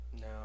No